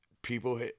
People